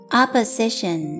opposition